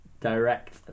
direct